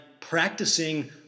practicing